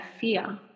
fear